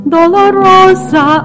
Dolorosa